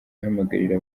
ahamagarira